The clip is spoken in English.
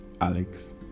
Alex